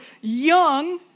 young